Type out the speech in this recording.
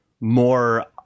more